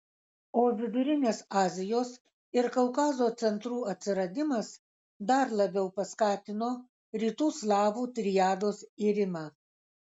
o vidurinės azijos ir kaukazo centrų atsiradimas dar labiau paskatino rytų slavų triados irimą